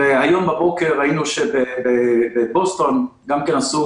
והיום בבוקר ראינו שבבוסטון גם כן עשו